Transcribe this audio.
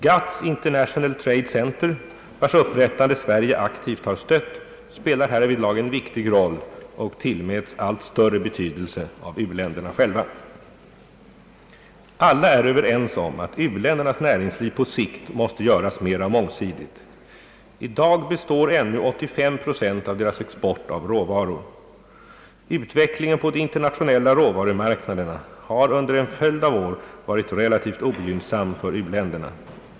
GATT:s International Trade Center, vars upprättande Sverige aktivt har stött, spelar härvidlag en viktig roll och tillmäts allt större betydelse av u-länderna själva. Alla är överens om att u-ländernas näringsliv på sikt måste göras mera mångsidigt. I dag består ännu 85 procent av deras export av råvaror. Utvecklingen på de internationella råvarumarknaderna har under en följd av år varit relativt ogynnsam för u-länderna.